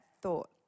thought